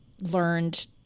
learned